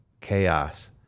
chaos